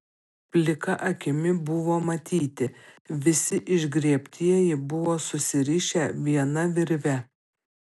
plika akimi buvo matyti visi išgriebtieji buvo susirišę viena virve